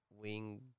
wing